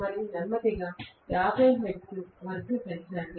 మరియు నెమ్మదిగా 50 హెర్ట్జ్కు పెంచండి